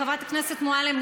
חברת הכנסת מועלם,